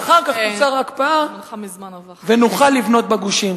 שאחר כך תוסר ההקפאה ונוכל לבנות בגושים.